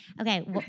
Okay